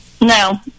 no